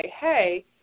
hey